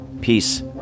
Peace